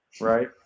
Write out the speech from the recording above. right